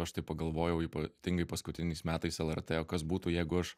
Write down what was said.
aš taip pagalvojau ypatingai paskutiniais metais lrt o kas būtų jeigu aš